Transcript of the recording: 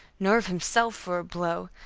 nerve himself for a blow,